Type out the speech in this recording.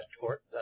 Court